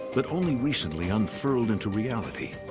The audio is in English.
but only recently unfurled into reality.